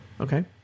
Okay